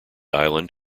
island